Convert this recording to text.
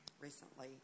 recently